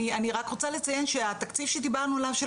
אני רק רוצה לציין שהתקציב שדיברנו עליו של